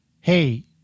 hey